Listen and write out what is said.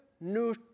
new